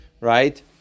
right